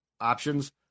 options